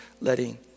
letting